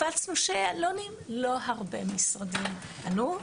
הפצנו שאלונים, לא הרבה משרדים ענו.